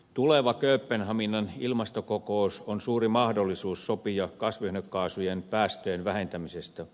tuleva kööpenhaminan ilmastokokous on suuri mahdollisuus sopia kasvihuonekaasujen päästöjen vähentämisestä